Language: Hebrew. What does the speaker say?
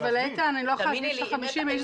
אבל אני לא יכולה שתגיד לי ש-50 איש זו אופציה.